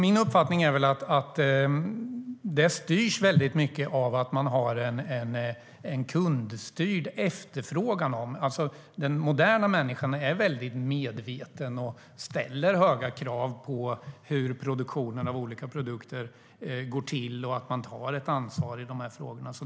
Min uppfattning är att detta styrs mycket av att man har en kundstyrd efterfrågan. Den moderna människan är väldigt medveten och ställer höga krav på hur produktionen av olika produkter ska gå till och på att man tar ansvar i de här frågorna.